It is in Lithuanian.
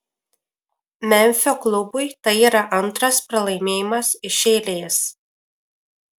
memfio klubui tai yra antras pralaimėjimas iš eilės